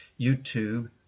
YouTube